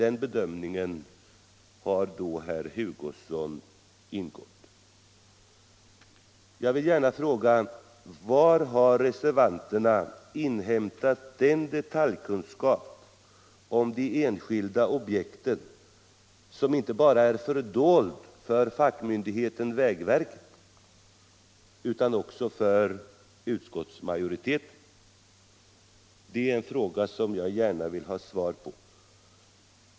Den bedömningen har herr Hugosson varit med om. Jag vill fråga: Var har reservanterna inhämtat den detaljkunskap om de enskilda objekten som är fördold inte bara för fackmyndigheten vägverket utan också för utskottsmajoriteten? Det är en fråga som jag gärna vill ha svar på.